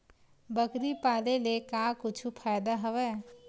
बकरी पाले ले का कुछु फ़ायदा हवय?